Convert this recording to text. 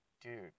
dude